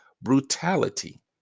brutality